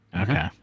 Okay